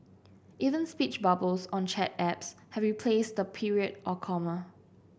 even speech bubbles on chat apps have replaced the period or comma